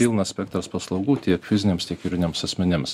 pilnas spektras paslaugų tiek fiziniams tiek juridiniams asmenims